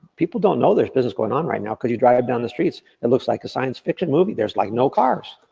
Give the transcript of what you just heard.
people don't know there's business going on right now, cause you drive down the streets, it looks like a science fiction movie, there's like no cars.